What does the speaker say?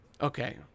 okay